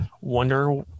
Wonder